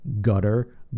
gutter